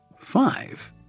five